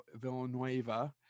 Villanueva